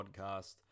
podcast